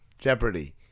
Jeopardy